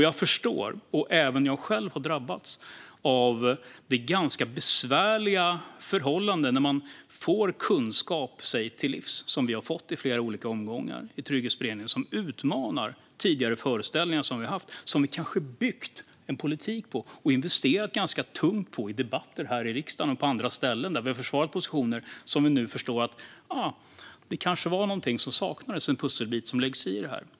Jag har själv drabbats av det ganska besvärliga förhållandet att man får kunskap sig till livs, som vi har fått i olika omgångar i beredningen, som utmanar tidigare föreställningar man har haft, byggt en politik på och investerat tungt i i debatter i riksdagen och på andra ställen där man har försvarat positioner och där man nu förstår att det saknades en pusselbit.